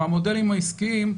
והמודלים העסקיים,